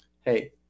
hey